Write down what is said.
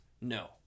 no